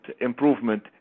improvement